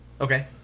Okay